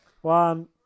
One